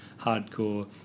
hardcore